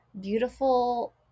beautiful